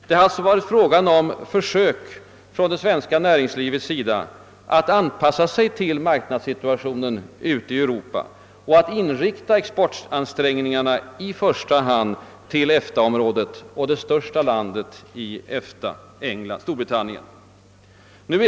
Det har alltså varit fråga om försök från det svenska näringslivets sida att anpassa sig till marknadssituationen i Europa och inrikta expansionsansträngningarna i första hand på EFTA-området och det största landet där, Storbritannien.